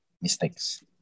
mistakes